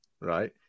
right